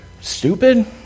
stupid